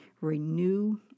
renew